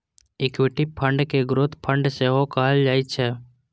equity fund कें growth fund सेहो कहल जाइ छै